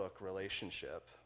relationship